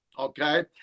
Okay